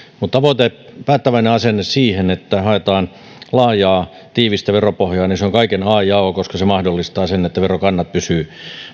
mutta tavoite päättäväinen asenne siihen että haetaan laajaa tiivistä veropohjaa on kaiken a ja o koska se mahdollistaa sen että verokannat pysyvät